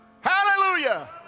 Hallelujah